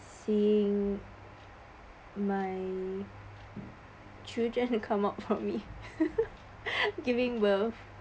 seeing my children come up for me giving birth